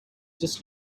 just